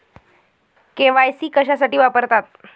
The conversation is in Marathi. के.वाय.सी कशासाठी वापरतात?